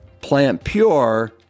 plant-pure